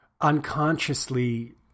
unconsciously